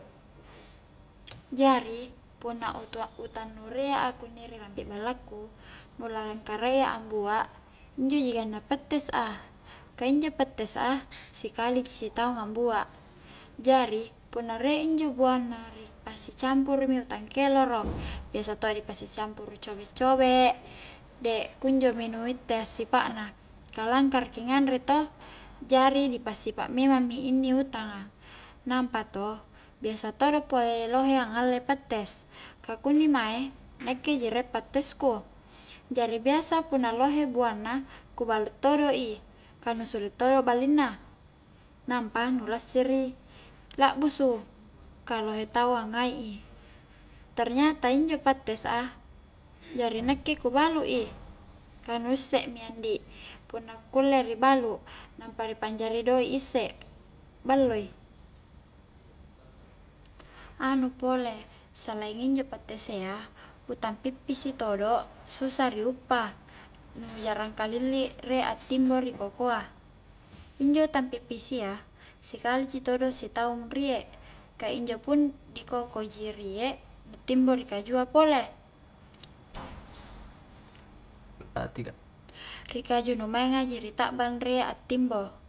Jari punna utua-utang nu rie a kunni ri rampi ballaku nu la-langakarayya ambua injo ganna pettes a ka injo pettes a sikali ji sitaung ambua jari punna rie injo buanna ri pasi campuru mi utang keloro biasa todo dipasi campuru cobe-cobek deh kunjo mi nu itte assipa na ka langkara ki anganrei to jari di passipa memang mi inni utanga nampa to biasa todo pole lohe angngalle pettes ka kunni mae nakke ji rie pattes ku jari biasa punna lohe buanna ku balu todo i ka nu suli todo ballinna nampa nu lassiri lakbusu ka lohe tau a ngai i ternyata injo pattes a, jari nakke ku balu i nu usse mi andi punna kulle ri balu nampa ri panjari doik isse, balloi anu pole selaing injo pattesea utang pippisi todo susa ri uppa nu jarang kalili riek attimbo ri kokoa injo utang pippisi a, sikali ji todo sitaung riek ka injo pun ri koko ji riek nu timbo ri kajua pole ri kaju nu mainga ji ri ta'bang riek attimbo